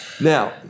Now